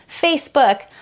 Facebook